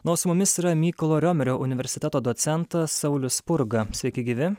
na o su mumis yra mykolo romerio universiteto docentas saulius spurga sveiki gyvi